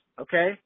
okay